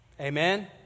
Amen